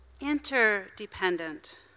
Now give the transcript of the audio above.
interdependent